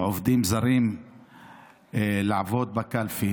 עובדים זרים לעבוד בקלפי.